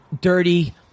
dirty